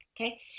okay